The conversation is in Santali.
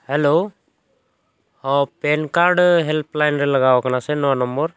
ᱦᱮᱞᱳ ᱦᱮᱸ ᱯᱮᱱ ᱠᱟᱨᱰ ᱦᱮᱞᱯᱞᱟᱭᱤᱱ ᱨᱮ ᱞᱟᱜᱟᱣ ᱠᱟᱱᱟ ᱥᱮ ᱱᱚᱣᱟ ᱱᱟᱢᱵᱟᱨ